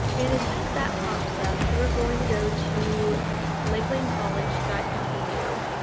and as soon as that pops up we're going to go to lakelandcollege dot edu